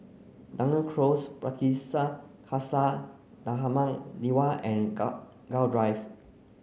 Dunearn Close Pardesi Khalsa Dharmak Diwan and Gul Gul Drive